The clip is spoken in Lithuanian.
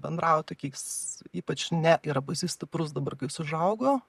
bendrauja tokiais ypač ne yra pas jį stiprus dabar kai jis užaugo